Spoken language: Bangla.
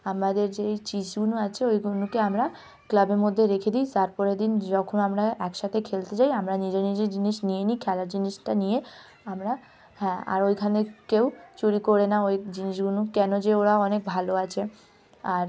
আমাদের যে চিজগুলো আছে ওগুলোকে আমরা ক্লাবের মধ্যে রেখে দিই তার পরের দিন যখন আমরা একসাথে খেলতে যাই আমরা নিজের নিজের জিনিস নিয়ে নিই খেলার জিনিসটা নিয়ে আমরা হ্যাঁ আর ওখানে কেউ চুরি করে না ওই জিনিসগুলো কেন যে ওরা অনেক ভালো আছে আর